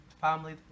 family